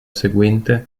seguente